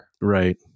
Right